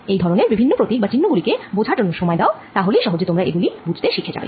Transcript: এই ধরেনের বিভিন্ন প্রতীক বা চিহ্ন গুলি কে বোঝার জন্য সময় দাও তা হলেই সহজে তোমরা এগুলি বুঝতে শিখে যাবে